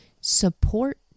support